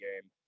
game